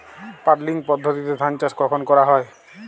Puddling পদ্ধতিতে ধান চাষ কখন করা হয়?